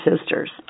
sisters